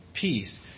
peace